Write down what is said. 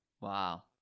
Wow